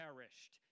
Perished